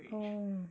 oh